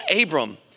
Abram